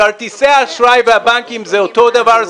כרטיסי אשראי והבנקים זה אותו דבר,